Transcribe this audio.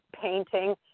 painting